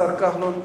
השר כחלון,